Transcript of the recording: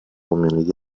community